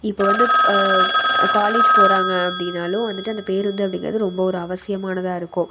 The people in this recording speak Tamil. இப்போ வந்து காலேஜ் போகிறாங்க அப்படினாலும் வந்துட்டு அந்த பேருந்து அப்படிங்குறது ரொம்ப ஒரு அவசியமானதாக இருக்கும்